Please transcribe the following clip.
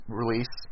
release